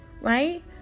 right